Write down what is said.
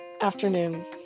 afternoon